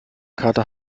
kater